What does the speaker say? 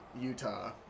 Utah